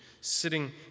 sitting